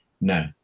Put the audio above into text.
No